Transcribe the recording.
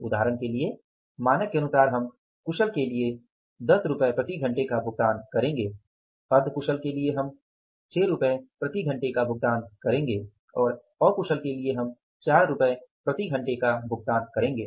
उदाहरण के लिए मानक के अनुसार हम कुशल के लिए हम 10 रुपये प्रति घंटे का भुगतान करेंगे अर्ध कुशल के लिए हम 6 रुपये प्रति घंटे का भुगतान करेंगे और अकुशल के लिए हम 4 रुपये प्रति घंटे का भुगतान करेंगे